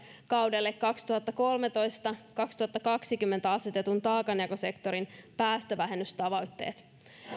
kaudella kaksituhattakolmetoista viiva kaksituhattakaksikymmentä asetetut taakanjakosektorin päästövähennystavoitteet